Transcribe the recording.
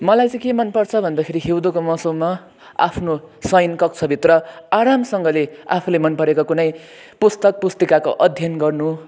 मलाई चाहिँ के मन पर्छ भन्दाखेरि हिउँदको मौसममा आफ्नो शयनकक्षभित्र आरामसँगले आफुले मनपरेको कुनै पुस्तक पुस्तिकाको अध्ययन गर्नु